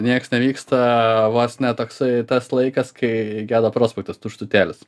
nieks nevyksta vos ne toksai tas laikas kai gedo prospektas tuštutėlis